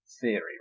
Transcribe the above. theory